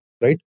right